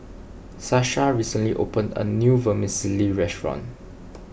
Sasha recently opened a new Vermicelli restaurant